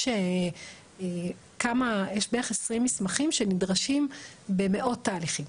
יש כ-20 מסמכים שנדרשים במאות תהליכים.